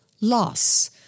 loss